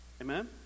Amen